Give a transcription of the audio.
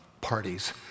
parties